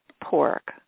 pork